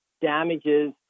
damages